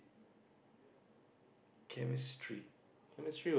chemistry